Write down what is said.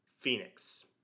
Phoenix